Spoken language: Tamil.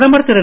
பிரதமர் திரு